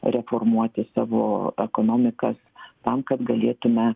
reformuoti savo ekonomikas tam kad galėtume